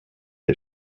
est